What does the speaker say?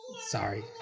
Sorry